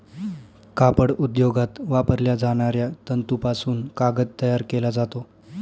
कापड उद्योगात वापरल्या जाणाऱ्या तंतूपासून कागद तयार केला जातो